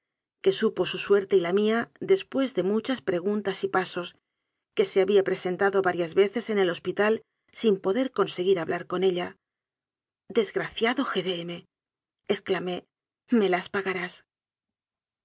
que supo su suerte y la mía después de muchas preguntas y pasos que se había presentado varias veces en el hospital sin poder conseguir hablar con ella desgraciado g de m excla mé me las pagarás